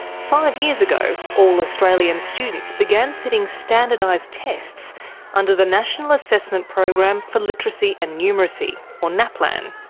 five years ago all australian students began sitting standardised tests under the national assessment program for literacy and numeracy, or naplan.